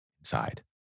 inside